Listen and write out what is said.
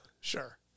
Sure